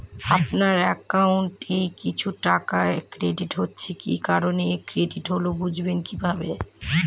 আপনার অ্যাকাউন্ট এ কিছু টাকা ক্রেডিট হয়েছে কি কারণে ক্রেডিট হল বুঝবেন কিভাবে?